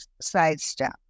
sidestep